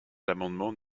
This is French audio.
l’amendement